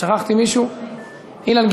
חברת הכנסת מיכל רוזין.